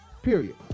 Period